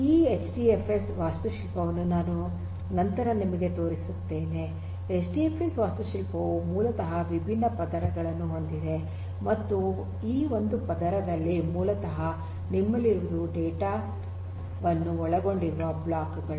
ಈ ಎಚ್ಡಿಎಫ್ಎಸ್ ವಾಸ್ತುಶಿಲ್ಪವನ್ನು ನಾನು ನಂತರ ನಿಮಗೆ ತೋರಿಸುತ್ತೇನೆ ಎಚ್ಡಿಎಫ್ಎಸ್ ವಾಸ್ತುಶಿಲ್ಪವು ಮೂಲತಃ ವಿಭಿನ್ನ ಪದರಗಳನ್ನು ಹೊಂದಿದೆ ಮತ್ತು ಈ ಒಂದು ಪದರದಲ್ಲಿ ಮೂಲತಃ ಡೇಟಾ ವನ್ನು ಒಳಗೊಂಡಿರುವ ಬ್ಲಾಕ್ ಗಳು